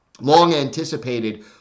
long-anticipated